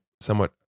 somewhat